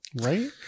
Right